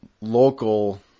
local